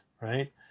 right